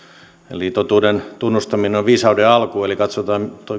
eli totuuden tunnustaminen on viisauden alku eli katsotaan